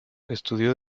estudió